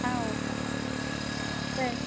ah okay sir sir